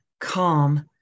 calm